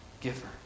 giver